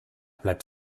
bleibt